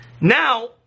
Now